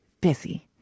busy